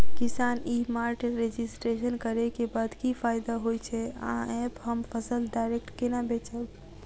किसान ई mart registration करै केँ बाद की फायदा होइ छै आ ऐप हम फसल डायरेक्ट केना बेचब?